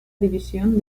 división